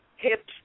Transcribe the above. Hips